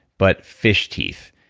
but fish teeth.